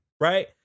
right